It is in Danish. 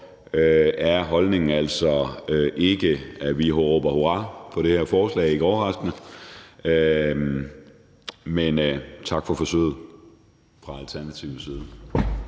er holdningen altså ikke, at vi råber hurra for det her forslag – ikke overraskende – men tak for forsøget fra Alternativets side.